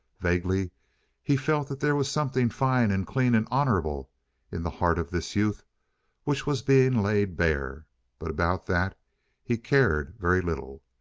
vaguely he felt that there was something fine and clean and honorable in the heart of this youth which was being laid bare but about that he cared very little.